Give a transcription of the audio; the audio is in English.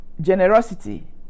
generosity